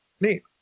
Neat